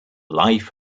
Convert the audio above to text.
life